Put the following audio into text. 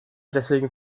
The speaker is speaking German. deswegen